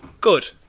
good